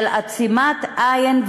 של עצימת עין,